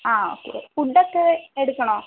ആ ഓക്കെ ഫുഡൊക്കെ എടുക്കണോ